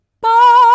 Bye